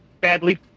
badly